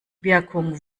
wirkung